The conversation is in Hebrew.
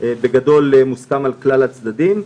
והנוסח מוסכם על כלל הצדדים,